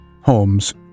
Holmes